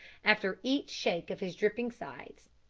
after each shake of his dripping sides,